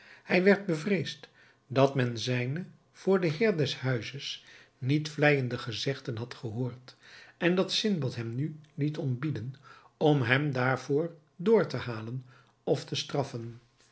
hij werd bevreesd dat men zijne voor den heer des huizes niet vleijende gezegden had gehoord en dat sindbad hem nu liet ontbieden om hem daarover door te halen of te straffen